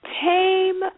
Tame